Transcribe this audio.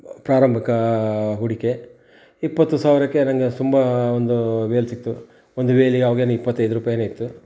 ಪ್ರಾರಂಭಿಕ ಹೂಡಿಕೆ ಇಪ್ಪತ್ತು ಸಾವಿರಕ್ಕೆ ನಂಗೆ ತುಂಬ ಒಂದು ವೇಲ್ ಸಿಕ್ತು ಒಂದು ವೇಲಿಗೆ ಅವಾಗ ಇಪ್ಪತ್ತೈದು ರುಪಾಯಿನೇ ಇತ್ತು